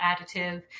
additive